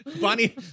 Bonnie